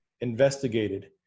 investigated